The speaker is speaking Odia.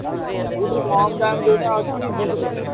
ନାହିଁ ସବୁଠୁ କମ ଦାମ ଯେଉଁଟା ଅଛି ଦୁଇଶହ ପଚାଶ